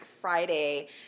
Friday